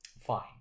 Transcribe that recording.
fine